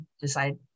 decide